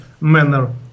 manner